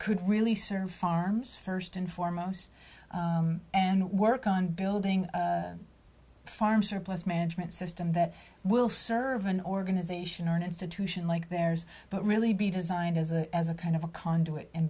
could really serve farms first and foremost and work on building farm surplus management system that will serve an organization or an institution like theirs but really be designed as a as a kind of a conduit in